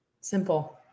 Simple